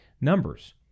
numbers